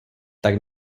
tak